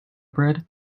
bread